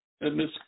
Miss